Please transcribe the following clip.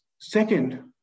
Second